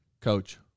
Coach